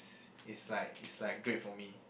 it's it's like it's like great for me